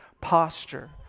posture